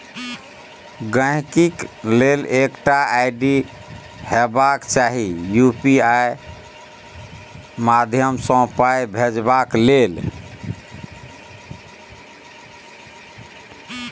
गांहिकी लग एकटा आइ.डी हेबाक चाही यु.पी.आइ माध्यमसँ पाइ भेजबाक लेल